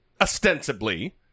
ostensibly